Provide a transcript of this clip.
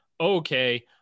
okay